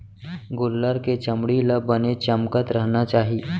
गोल्लर के चमड़ी ल बने चमकत रहना चाही